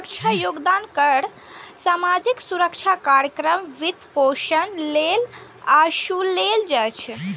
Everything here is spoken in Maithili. सामाजिक सुरक्षा योगदान कर सामाजिक सुरक्षा कार्यक्रमक वित्तपोषण लेल ओसूलल जाइ छै